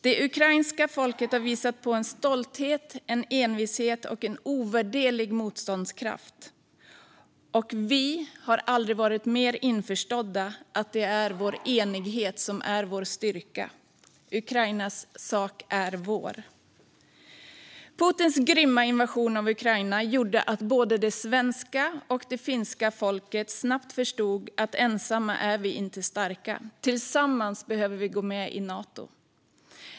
Det ukrainska folket har visat på en stolthet, en envishet och en ovärderlig motståndskraft, och vi har aldrig varit mer införstådda med att vår enighet är vår styrka. Ukrainas sak är vår. Putins grymma invasion av Ukraina gjorde att både svenska och finska folket snabbt förstod att ensamma är vi inte starka; tillsammans behöver vi gå med i Nato.